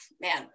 man